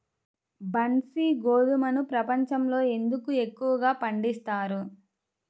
బన్సీ గోధుమను ప్రపంచంలో ఎందుకు ఎక్కువగా పండిస్తారు?